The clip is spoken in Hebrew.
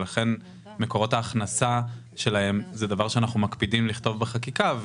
לכן את מקורות ההכנסה אנחנו מקפידים לכתוב בחקיקה.